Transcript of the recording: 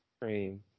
cream